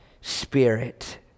Spirit